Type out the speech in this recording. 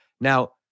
now